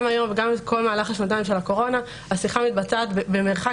גם היום וגם בכל מהלך השנתיים של הקורונה השיחה מתבצעת במרחק,